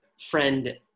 friend